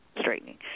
straightening